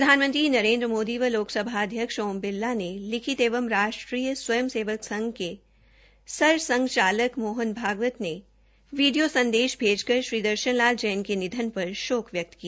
प्रधानमंत्री नरेन्द्र मोदी व लोकसभा अध्यक्ष ओम बिरला ने लिखित एवं राष्ट्रीय स्वयं सेवक के सर संघसंचालनक मोहन भगवत ने वीडियो संदेश भेजकर भी दर्शन लाल जैन के निधन पर शोक व्यकत किया